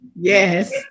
Yes